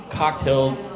cocktails